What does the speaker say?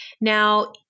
Now